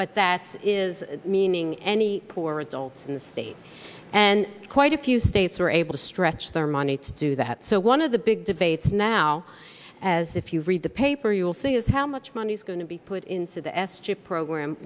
but that is meaning any poor results in the state and quite a few states were able to stretch their money to do that so one of the big debates now as if you read the paper you will see is how much money is going to be put into the s chip program